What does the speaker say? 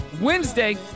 Wednesday